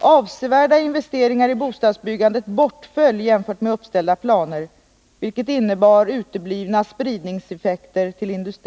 Avsevärda investeringar i bostadsbyggandet bortföll jämfört med uppställda planer, vilket innebar uteblivna spridningseffekter till industrin.